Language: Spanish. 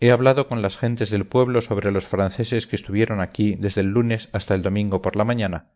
he hablado con las gentes del pueblo sobre los franceses que estuvieron aquí desde el lunes hasta el domingo por la mañana